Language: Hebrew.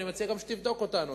ואני מציע גם שתבדוק אותנו,